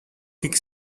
kick